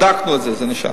בדקנו את זה, זה נשאר.